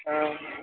औ